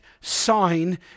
sign